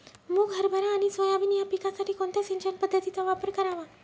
मुग, हरभरा आणि सोयाबीन या पिकासाठी कोणत्या सिंचन पद्धतीचा वापर करावा?